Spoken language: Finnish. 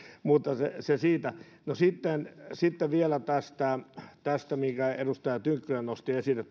mutta se siitä no sitten vielä tästä minkä edustaja tynkkynen nosti esille